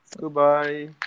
Goodbye